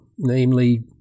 namely